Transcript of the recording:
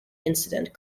incident